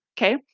Okay